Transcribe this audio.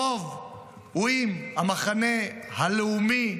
הרוב הוא עם המחנה הלאומי,